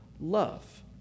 love